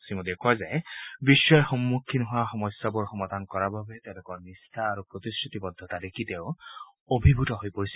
শ্ৰীমোদীয়ে কয় যে বিশ্বই সন্মুখীন হোৱা সমস্যাবোৰ সমাধান কৰাৰ বাবে তেওঁলোকৰ নিষ্ঠা আৰু প্ৰতিশ্ৰুতিবদ্ধতাক দেখি তেওঁ অভিভূত হৈ পৰিছিল